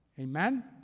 Amen